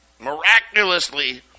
miraculously